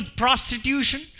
prostitution